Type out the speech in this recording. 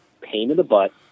pain-in-the-butt